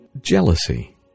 jealousy